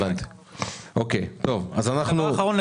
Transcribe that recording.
דבר אחרון,